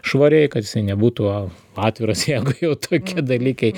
švariai kad jisai nebūtų atviras jeigu jau tokie dalykai